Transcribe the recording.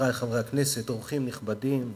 כולנו צריכים להתגייס למען בית-החולים הזה.